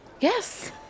Yes